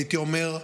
הייתי אומר,